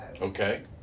Okay